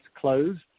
closed